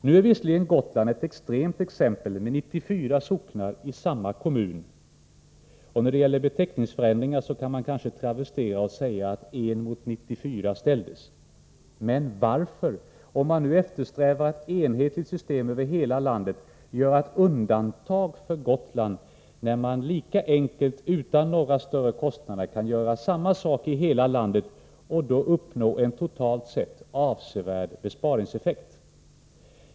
Nu är visserligen Gotland ett extremt exempel med 94 socknar i samma kommun, och då det gäller beteckningsförändringar kan man kanske travestera och säga att en mot 94 ställdes. Men varför — om man nu eftersträvar ett enhetligt system för hela landet — göra ett undantag för Gotland, när man lika enkelt utan några större kostnader kan göra samma sak i hela landet och då uppnå en totalt sett avsevärd besparingseffekt?